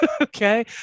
Okay